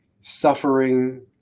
suffering